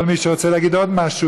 כל מי שרוצה להגיד עוד משהו,